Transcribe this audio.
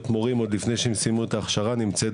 מורים עוד לפני שהם סיימו את ההכשרה נמצאת